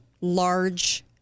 large